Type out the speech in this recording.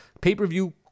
pay-per-view